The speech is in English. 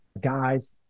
guys